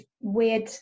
weird